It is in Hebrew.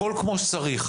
הכול כמו שצריך,